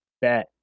bet